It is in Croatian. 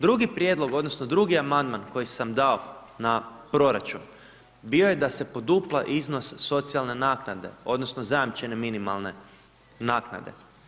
Drugi prijedlog odnosno drugi amandman koji sam dao na proračun, bio je da se podupla iznos socijalne naknade odnosno zajamčene minimalne naknade.